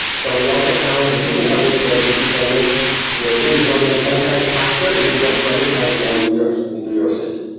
so we also found that using hadoop that if you can make your page loading ten times faster, you'll get hundred times more users into your system.